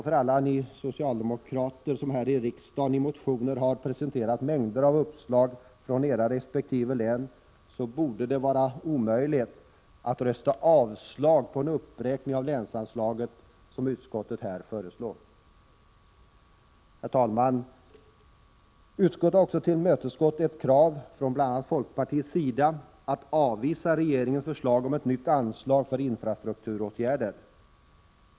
För alla er socialdemokrater som här i riksdagen i motioner har presenterat mängder av uppslag från era resp. län borde det vara omöjligt att rösta för avslag på en uppräkning av länsanslaget, som utskottet föreslår. Herr talman! Utskottet har också tillmötesgått ett krav från bl.a. folkpartiet om att avvisa regeringens förslag om ett nytt anslag för infrastrukturåtgärder.